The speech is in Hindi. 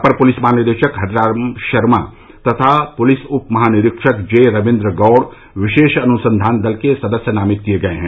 अपर पुलिस महानिदेशक हरिराम शर्मा तथा पुलिस उप महानिरीक्षक जेरविन्द्र गौड़ विशेष जांच दल के सदस्य नामित किये गये हैं